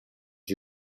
you